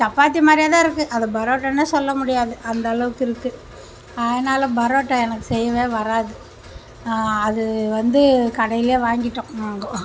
சப்பாத்தி மாதிரியேதான் இருக்குது அது பரோட்டானே சொல்ல முடியாது அந்தளவுக்கு இருக்குது அதனால பரோட்டா எனக்கு செய்யவே வராது அது வந்து கடையில் வாங்கிகிட்டோம் நாங்க